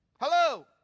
Hello